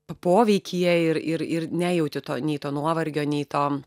poveikyje ir ir ir nejauti to nei to nuovargio nei to